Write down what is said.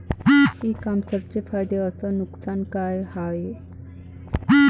इ कामर्सचे फायदे अस नुकसान का हाये